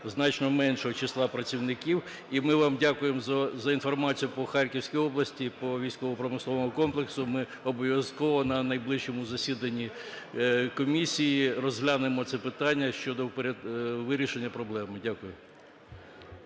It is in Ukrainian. значно меншого числа працівників. І ми вам дякуємо за інформацію по Харківській області, по військово-промисловому комплексу. Ми обов'язково на найближчому засіданні комісії розглянемо це питання щодо вирішення проблеми. Дякую.